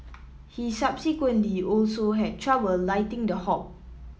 he subsequently also had trouble lighting the hob